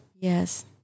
Yes